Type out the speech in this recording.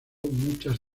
muchas